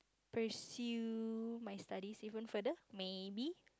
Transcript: pursue my studies even further maybe